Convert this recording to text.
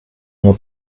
nur